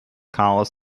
chaos